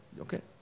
Okay